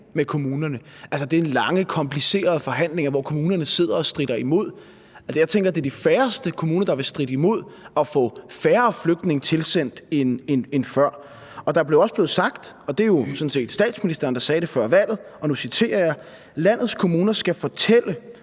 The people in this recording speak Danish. det er lange, komplicerede forhandlinger, hvor kommunerne sidder og stritter imod. Men jeg tænker, at det er de færreste kommuner, der vil stritte imod at få færre flygtninge tilsendt end før. Det er også blevet sagt, og det var sådan set statsministeren, der sagde det før valget, og nu citerer jeg: »Landets kommuner skal fortælle,